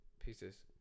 Pieces